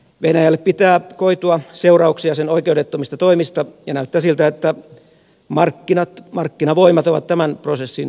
venäjälle pitää koitua seurauksia sen oikeudettomista toimista ja näyttää siltä että markkinat markkinavoimat ovat tämän prosessin jo aloittaneet